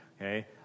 okay